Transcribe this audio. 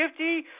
50